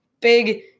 big